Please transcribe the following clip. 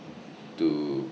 to